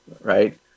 right